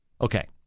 Okay